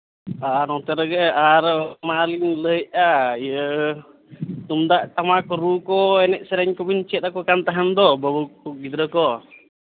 ᱟᱨ ᱚᱱᱛᱮ ᱨᱮᱜᱮ ᱟᱨ ᱢᱟᱲᱟᱝ ᱨᱮᱜᱮᱞᱤᱧ ᱞᱟᱹᱭᱮᱫᱼᱟ ᱤᱭᱟᱹ ᱛᱩᱢᱫᱟᱜᱼᱴᱟᱢᱟᱠ ᱨᱩᱠᱚ ᱮᱱᱮᱡᱼᱥᱮᱨᱮᱧ ᱠᱚᱵᱮᱱ ᱪᱮᱫᱟᱠᱚ ᱠᱟᱱ ᱛᱮᱦᱮᱱᱫᱚ ᱵᱟᱹᱵᱩᱠᱚ ᱜᱤᱫᱽᱨᱟᱹᱠᱚ